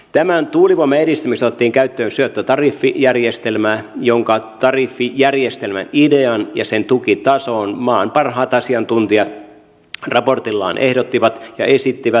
tämän tuulivoiman edistämisessä otettiin käyttöön syöttötariffijärjestelmä jonka idean ja tukitason maan parhaat asiantuntijat raportillaan ehdottivat ja esittivät